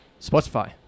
Spotify